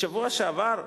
בשבוע שעבר,